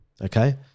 Okay